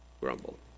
grumble